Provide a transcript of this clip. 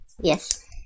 Yes